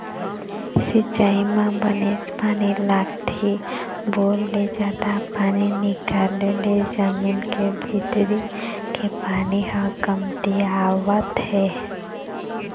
सिंचई म बनेच पानी लागथे, बोर ले जादा पानी निकाले ले जमीन के भीतरी के पानी ह कमतियावत हे